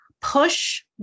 push